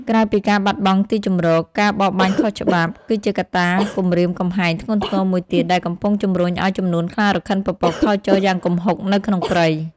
ក្រៅពីការបាត់បង់ទីជម្រក ការបរបាញ់ខុសច្បាប់ គឺជាកត្តាគំរាមកំហែងធ្ងន់ធ្ងរមួយទៀតដែលកំពុងជំរុញឲ្យចំនួនខ្លារខិនពពកថយចុះយ៉ាងគំហុកនៅក្នុងព្រៃ។